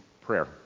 prayer